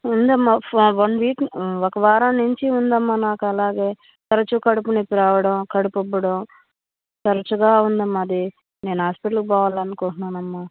ఉందమ్మా ఫ one week ఒక వారం నుంచి ఉందమ్మా నాకు అలాగే తరచూ కడుపు నొప్పి రావడం కడుపు ఉబ్బడం తరచుగా ఉందమ్మా అది నేను హాస్పిటల్కి పోవాలనుకుంటున్నానమ్మా